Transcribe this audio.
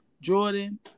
Jordan